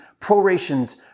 prorations